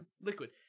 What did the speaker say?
liquid